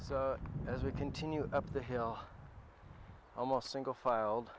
as we continue up the hill almost single filed